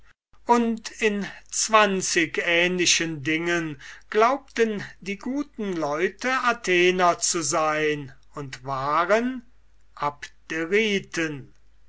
und in zwanzig ähnlichen dingen glaubten die guten leute athenienser zu sein und waren